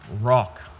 rock